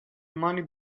money